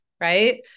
right